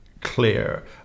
clear